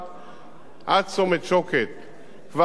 כבר החלו העבודות להארכת כביש חוצה-ישראל,